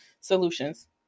solutions